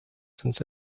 since